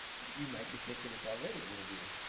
you might be thinking it's already a little weird,